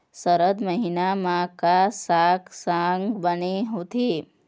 सरद महीना म का साक साग बने होथे?